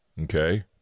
Okay